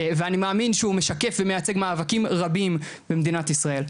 ואני מאמין שהוא משקף ומייצג מאבקים רבים במדינת ישראל.